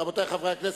רבותי חברי הכנסת,